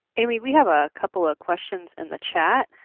and we we have a couple of questions in the chat.